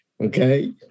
Okay